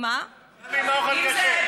גם אם האוכל כשר?